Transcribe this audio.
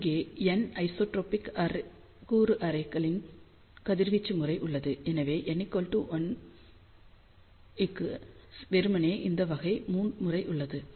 இங்கே n isotropic கூறு அரேகளின் கதிர்வீச்சு முறை உள்ளது எனவே n 1 க்கு வெறுமனே இந்த வகை முறை உள்ளது